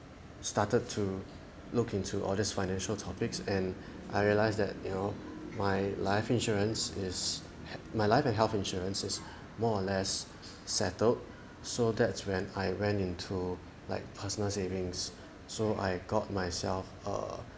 started to look into all these financial topics and I realize that you know my life insurance is my life and health insurance is more or less settled so that's when I went into like personal savings so I got myself a